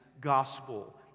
gospel